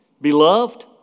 Beloved